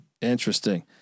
Interesting